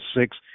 six